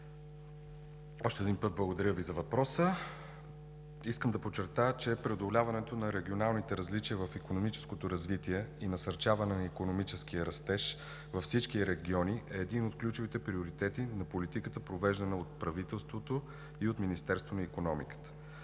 Още веднъж Ви благодаря за въпроса. Искам да подчертая, че преодоляването на регионалните различия в икономическото развитие и насърчаване на икономическия растеж във всички региони е един от ключовите приоритети на политиката, провеждана от правителството и от Министерството на икономиката.